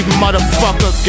motherfucker